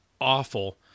awful